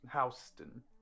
Houston